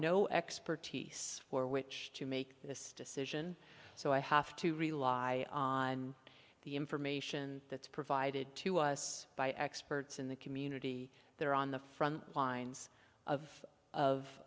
no expertise for which to make this decision so i have to rely on the information that's provided to us by experts in the community they're on the front lines of of